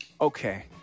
okay